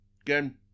Again